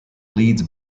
leeds